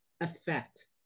effect